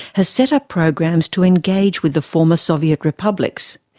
has set up programs to engage with the former soviet republics.